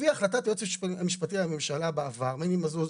לפי החלטת היועץ המשפטי לממשלה בעבר, מני מזוז,